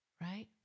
right